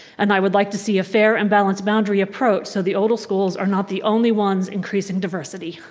and i would like to see a fair and balanced boundary approach so the older schools are not the only ones increasing diversity,